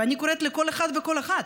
ואני קוראת לכל אחד ולכל אחת,